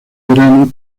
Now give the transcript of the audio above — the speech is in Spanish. verano